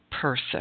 person